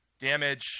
Damage